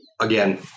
again